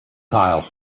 tile